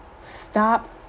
stop